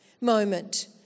moment